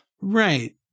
Right